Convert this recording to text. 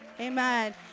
amen